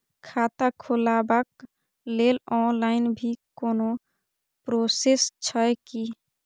खाता खोलाबक लेल ऑनलाईन भी कोनो प्रोसेस छै की?